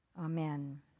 Amen